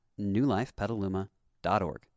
newlifepetaluma.org